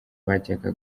bajyaga